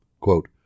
Quote